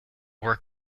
were